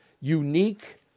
Unique